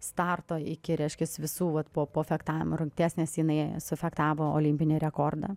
starto iki reiškias visų vat po po fechtavimo rungties nes jinai sufechtavo olimpinį rekordą